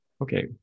Okay